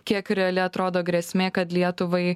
kiek reali atrodo grėsmė kad lietuvai